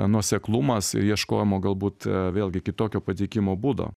nuoseklumas ieškojimo galbūt vėlgi kitokio pateikimo būdo